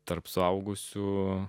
tarp suaugusių